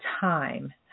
time